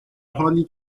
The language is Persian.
حالی